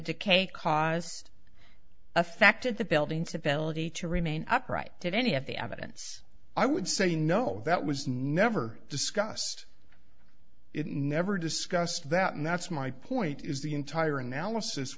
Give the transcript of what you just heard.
decay caused affected the building stability to remain upright to any of the evidence i would say no that was never discussed it never discussed that and that's my point is the entire analysis